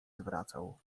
zwracał